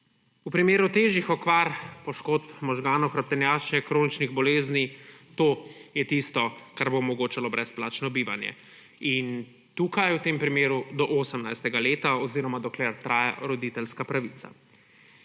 V primeru težjih okvar poškodb možganov, hrbtenjače, kroničnih bolezni, je to tisto, kar bo omogočalo brezplačno bivanje, v tem primeru do 18. leta oziroma dokler traja roditeljska pravica.